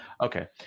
okay